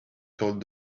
told